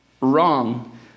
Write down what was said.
wrong